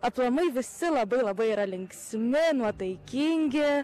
aplamai visi labai labai yra linksmi nuotaikingi